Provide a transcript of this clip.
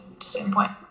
standpoint